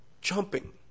Jumping